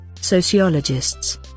sociologists